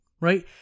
right